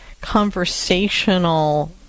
conversational